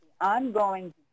ongoing